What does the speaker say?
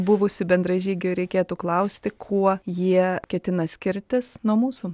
buvusių bendražygių reikėtų klausti kuo jie ketina skirtis nuo mūsų